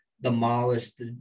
Demolished